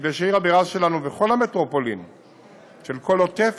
כדי שעיר הבירה שלו וכל המטרופולין של כל עוטף